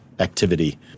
Activity